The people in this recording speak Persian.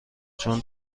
چون